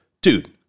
dude